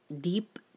deep